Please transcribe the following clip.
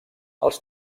els